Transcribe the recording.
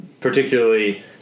particularly